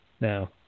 now